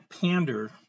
pander